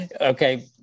Okay